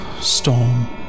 storm